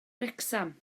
wrecsam